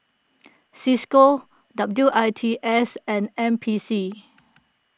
Cisco W I T S and N P C